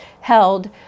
held